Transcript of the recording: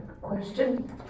Question